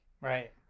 Right